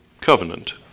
covenant